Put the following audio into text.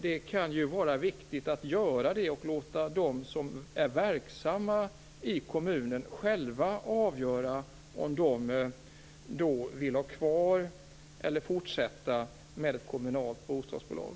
Det kan vara viktigt att göra så och låta de som är verksamma i kommunen själva avgöra om de vill ha kvar eller fortsätta med ett kommunalt bostadsbolag.